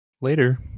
Later